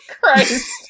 Christ